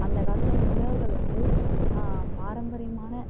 அந்த காலத்தில் முன்னோர்கள் வந்து பாரம்பரியமான